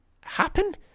happen